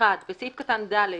(1)בסעיף קטן (ד),